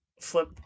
flip